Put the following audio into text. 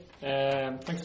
Thanks